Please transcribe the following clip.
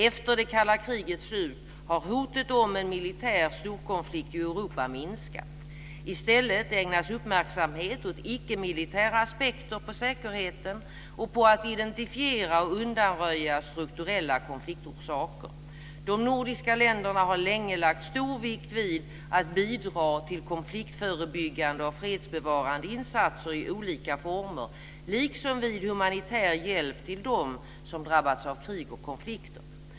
Efter det kalla krigets slut har hotet om en militär storkonflikt i Europa minskat. I stället ägnas uppmärksamhet åt icke-militära aspekter på säkerheten och på att identifiera och undanröja strukturella konfliktorsaker. De nordiska länderna har länge lagt stor vikt vid att bidra till konfliktförebyggande och fredsbevarande insatser i olika former liksom vid humanitär hjälp till dem som drabbats av krig och konflikter.